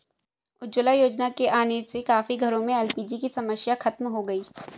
उज्ज्वला योजना के आने से काफी घरों में एल.पी.जी की समस्या खत्म हो गई